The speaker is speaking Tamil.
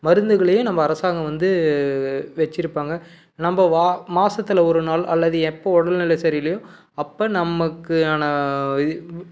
மருந்துகளையும் நம்ம அரசாங்கம் வந்து வைச்சிருப்பாங்க நம்ம மாசத்தில் ஒரு நாள் அல்லது எப்போ உடல்நிலை சரியில்லையோ அப்போ நமக்கான